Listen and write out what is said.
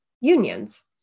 unions